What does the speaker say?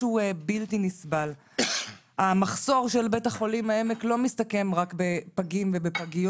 איך אתם יושבים פה ורואים את הפחד הזה המשתק של רופאות בכירות?